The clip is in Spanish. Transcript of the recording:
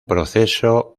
proceso